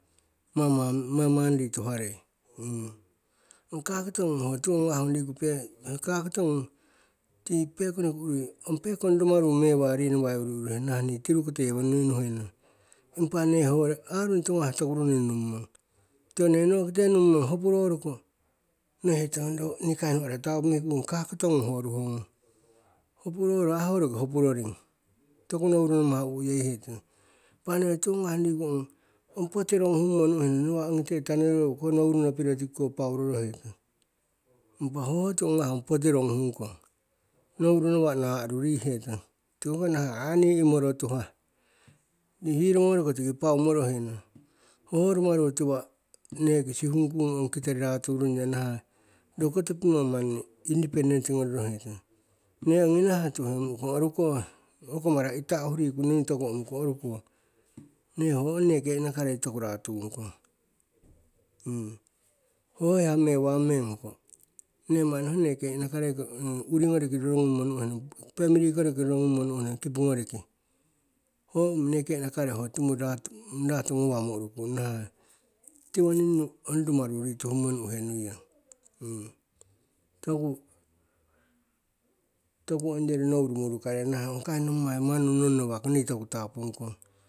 Mamang, mamang rituharei. ong kakoto ngung ho tiwo gawah ngung riku pe, ong kakoto ngung, tiki pekono ki urui ong pekong rumaru mewa rinawai urui uruherong nahah ni tirukite yewo nuinuhenong. Impa nne hoyo arung tiwo ngawah toku runni nummong, tiko nne nokite nummong, hopuro roko nohitehetong ro ni kai nno no'ora tapumikung, kakoto ngung ho ruho ngung. Hopu roro ai ho roki hopuroring, toku nouru namah u'uyei hetong. Impa nne tiwo ngawah riku ong, ong poti roguhummo nu'uhe nuiyong, nawa'a ogite taniroro owo koh nouruno piro tikiko pauroro hetong. Impa ong ho tiwo ngawah ong poti roguhung kong, nouru nawa'a na'aru rihetong, tiko hoko nahah, a ni imoro tuhah, ni hiromoroko tiki paumoro henong. Hoho rumaru tiwa'a neki sihung kung, ong kitori ratu rungyo, naha'a ro koto pimo manni independent ngororo hetong. Ne ongi nahah tuhe mu'ukong oruko, hoko mara ita'ahu riku ni toku omukong, oruko, ne hogo ong neke inakarei toku ratungkong. hoho hiya mewa meng hoko, nne manni ho neke inakarei ko uri ngoriki roro gummo nu'uhe nuiyong, femili koriki roro gummo nu'uhe nuiyong, kipu ngoriki. Ho ong neke inakarei, ho timuru ratu, ratu gawamo urukung, nahah, tiwoning ong rumaru ritu hummo nu'uhe nuiyong. toku, toku ongyori nouru murukarei nahah ongkai nommai manunu nonno uwako ni toku tapung kong.